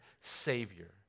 Savior